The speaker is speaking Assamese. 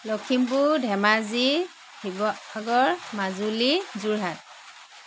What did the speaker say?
লখিমপুৰ ধেমাজি শিৱসাগৰ মাজুলী যোৰহাট